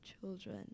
children